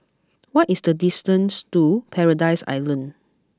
what is the distance to Paradise Island